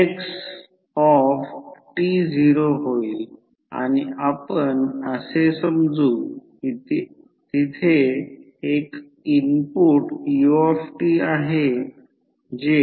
तर एक E1 आणि d ∅ dt याचा अर्थ माझे V1 सामान्यपणे N1 असेल ज्याला d∅ dt म्हणतात कारण E1 N1 d∅dt म्हणून हे N d ∅ d t असेल